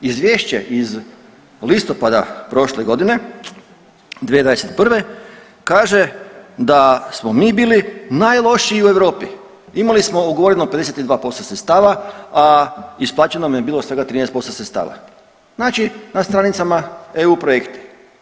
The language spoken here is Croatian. Izvješće iz listopada prošle godine 2021. kaže da smo mi bili najlošiji u Europi, imali smo ugovoreno 52% sredstava, a isplaćeno nam je bilo svega 13% sredstava, znači na stranicama eu projekti.